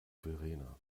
verena